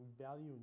value